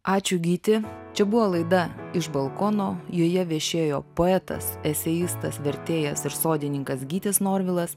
ačiū gyti čia buvo laida iš balkono joje viešėjo poetas eseistas vertėjas ir sodininkas gytis norvilas